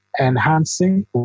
enhancing